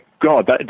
God